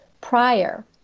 prior